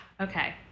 okay